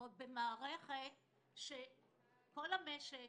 ועוד במערכת שכל המשק,